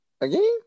again